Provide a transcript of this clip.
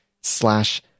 slash